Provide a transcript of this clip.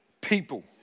people